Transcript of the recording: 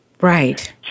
Right